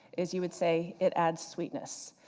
is you would say it adds sweetness.